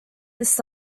this